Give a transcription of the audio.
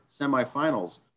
semifinals